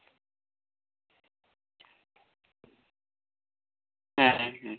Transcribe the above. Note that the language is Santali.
ᱦᱮᱸ ᱦᱮᱸ